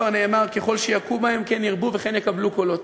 כבר נאמר: ככל שיכו בהם כן ירבו וכן יקבלו קולות.